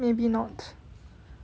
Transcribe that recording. maybe not